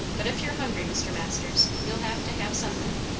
but if you're hungry, mr. masters, you'll have to have sun'thin.